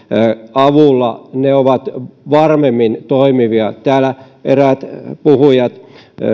avulla ne ovat varmemmin toimivia täällä eräät puhujat